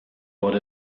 what